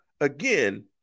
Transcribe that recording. again